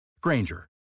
Granger